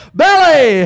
belly